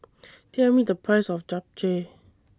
Tell Me The Price of Japchae